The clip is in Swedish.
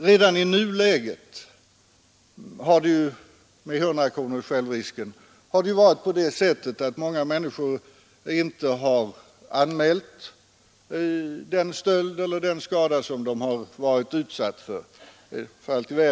Redan i nuläget, med 100 kronors självrisk, har det ju varit på det sättet att många människor inte har anmält den stöld eller den skada som de har varit utsatta för.